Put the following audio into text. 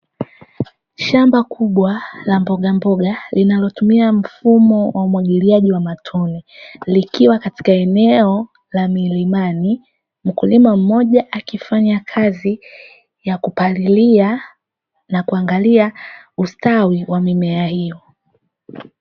Shamba kubwa la mbogamboga linalotumia mfumo wa umwagiliaji wa matone likiwa katika eneo la milima, mkulima mmoja akifanya kazi ya kupalilia na kuangalia ustawi wa mimea hiyo.